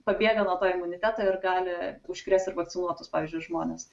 pabėga nuo to imuniteto ir gali užkrėst ir vakcinuotus pavyzdžiui žmones